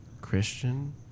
Christian